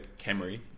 Camry